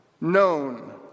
Known